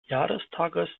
jahrestages